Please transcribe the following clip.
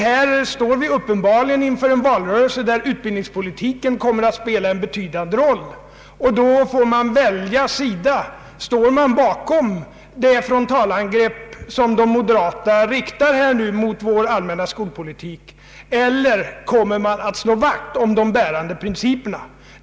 Vi står uppenbarligen inför en valrörelse, där utbildningspolitiken kommer att spela en betydande roll, och då måste man välja sida: Står man bakom det frontalangrepp som de moderata nu riktar mot vår allmänna skolpolitik, eller kommer man att slå vakt om de bärande principerna?